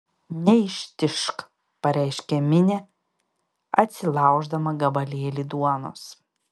neištižk pareiškė minė atsilauždama gabalėlį duonos